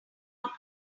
about